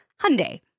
Hyundai